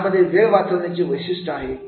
याच्यामध्ये वेळ वाचवण्याचे वैशिष्ट्य आहे